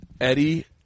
Eddie